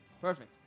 Perfect